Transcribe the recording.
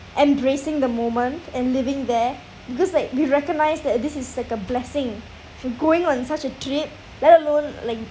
embracing the moment and living there because like we recognise that this is like a blessing for going on such a trip let alone like